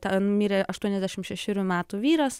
ten mirė aštuoniasdešimt šešerių metų vyras